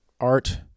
art